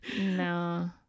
no